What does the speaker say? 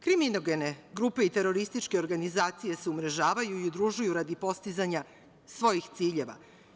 Kriminogene grupe i kriminalističke grupe se umrežavaju i udružuju radi postizanja svojih ciljeva.